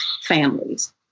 families